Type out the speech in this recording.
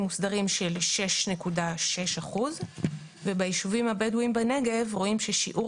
מוסדרים של 6.6% וביישובים הבדואים בנגב רואים ששיעור